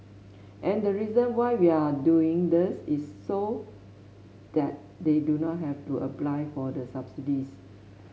and the reason why we are doing this is so that they do not have to apply for the subsidies